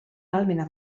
ahalmena